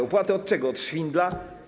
Opłatę od czego, od szwindla?